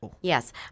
Yes